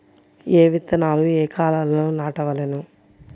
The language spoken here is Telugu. ఏ విత్తనాలు ఏ కాలాలలో నాటవలెను?